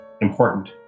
important